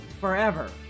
forever